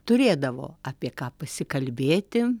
turėdavo apie ką pasikalbėti